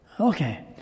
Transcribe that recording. Okay